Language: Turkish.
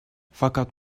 fakat